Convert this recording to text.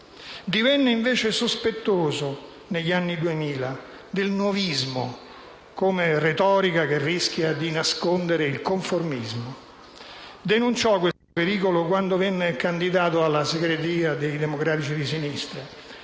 Divenne invece sospettoso, negli anni Duemila, del "nuovismo" come retorica, che rischia di nascondere il conformismo. Denunciò questo pericolo quando venne candidato alla segreteria dei Democratici di Sinistra,